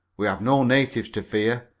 we have no natives to fear,